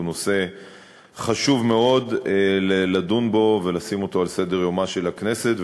הוא נושא שחשוב מאוד לדון בו ולשים אותו על סדר-יומה של הכנסת,